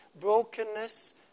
brokenness